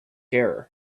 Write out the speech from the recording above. error